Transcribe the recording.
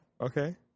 Okay